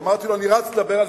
אמרתי לו: אני רץ לדבר על זה,